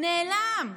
נעלם.